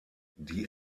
die